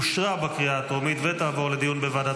אושרה בקריאה הטרומית ותעבור לדיון בוועדת